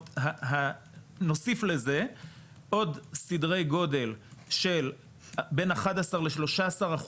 נוסיף לזה עוד סדרי גודל של בין 11% ל-13%